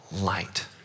light